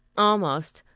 almost.